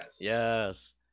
yes